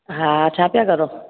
हा छा पिया करो